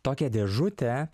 tokią dėžutę